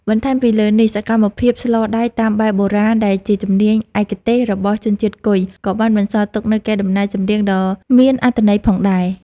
បន្ថែមពីលើនេះ សកម្មភាពស្លដែកតាមបែបបុរាណដែលជាជំនាញឯកទេសរបស់ជនជាតិគុយ ក៏បានបន្សល់ទុកនូវកេរដំណែលចម្រៀងដ៏មានអត្ថន័យផងដែរ។